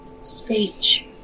speech